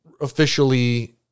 officially